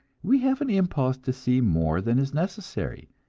we have an impulse to see more than is necessary,